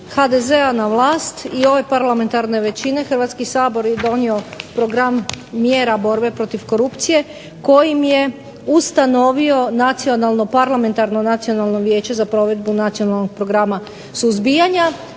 HDZ-a na vlast i ove parlamentarne većine Hrvatski sabor je donio program mjera borbe protiv korupcije, kojim je ustanovio nacionalno, parlamentarno Nacionalno vijeće za provedbu nacionalnog programa suzbijanja.